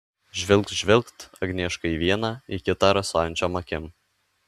žvilgt žvilgt agnieška į vieną į kitą rasojančiom akim